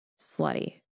slutty